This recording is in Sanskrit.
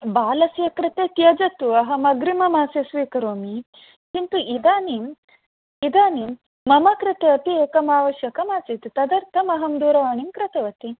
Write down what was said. बालस्य कृते त्यजतु अहम् अग्रिममासे स्वाकरोमि किन्तु इदानीम् इदानीं मम कृते अपि एकम् आवश्यकमासीत् तदर्थम् अहं दूरवाणीं कृतवती